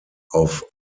auf